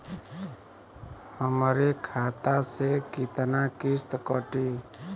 हमरे खाता से कितना किस्त कटी?